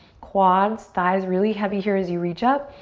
quads, thighs, really heavy here as you reach up.